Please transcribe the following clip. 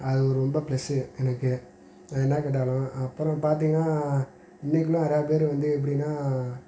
அது ரொம்ப ப்ளஸு எனக்கு நான் என்ன கேட்டாலும் அப்புறம் பார்த்தீங்கனா இன்றைக்குள்ள நிறையா பேர் வந்து எப்படின்னா